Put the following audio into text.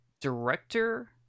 director